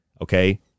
okay